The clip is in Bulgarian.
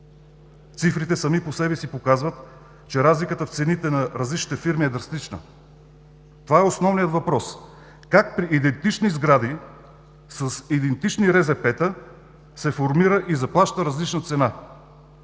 Цифрите сами по себе си показват, че разликата в цените на различните фирми е драстична. Това е основният въпрос. Как при идентични сгради с идентични РЗП-та се формира и заплаща различна цена?